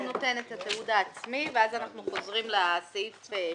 הוא נותן את התיעוד העצמי ואז אנחנו חוזרים לסעיף שלנו,